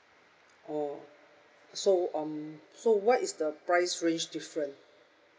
oh so um so what is the price range different